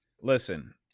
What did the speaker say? Listen